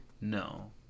no